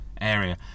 area